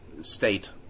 state